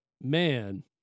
man